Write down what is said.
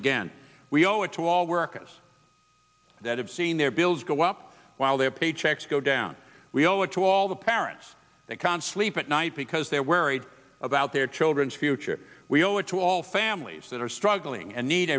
again we owe it to all workers that have seen their bills go up while their paychecks go down we owe it to all the parents that conflict at night because they're worried about their children's future we owe it to all families that are struggling and need